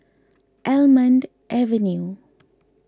Almond Avenue